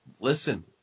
Listen